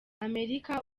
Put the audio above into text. amerika